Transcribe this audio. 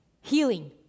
healing